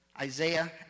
Isaiah